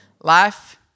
life